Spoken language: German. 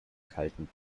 kalten